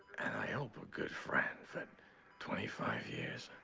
and i hope a good friend, for twenty five years.